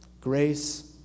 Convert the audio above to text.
Grace